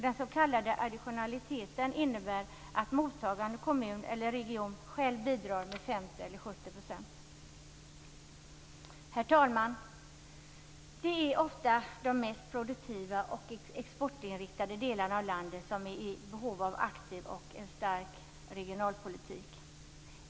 Den s.k. additionaliteten innebär nämligen att mottagande kommun eller region själv bidrar med 50 eller Herr talman! Det är ofta de mest produktiva och exportinriktade delarna av landet som är i behov av en aktiv och stark regionalpolitik.